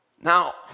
Now